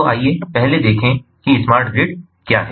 तो आइए पहले देखें कि स्मार्ट ग्रिड क्या है